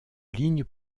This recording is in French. lignes